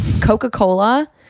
Coca-Cola